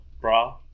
bra